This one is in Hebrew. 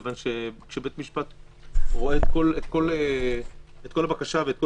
כי כשבית המשפט רואה את כל הבקשה ואת כל